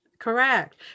Correct